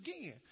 again